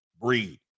breed